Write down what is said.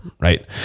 right